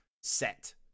set